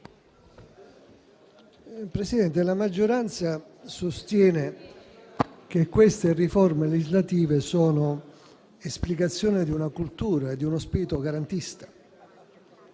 Presidente, la maggioranza sostiene che queste riforme legislative siano esplicazione di una cultura e di uno spirito garantista.